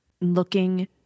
looking